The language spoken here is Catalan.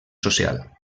social